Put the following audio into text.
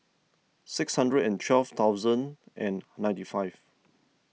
six hundred and twelve thousand and ninety five